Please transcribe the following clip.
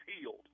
healed